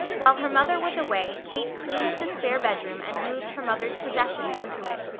while her mother was away kate cleaned the spare bedroom and moved her mother's possessions into it.